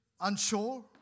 unsure